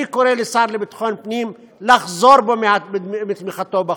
אני קורא לשר לביטחון פנים לחזור בו מתמיכתו בחוק.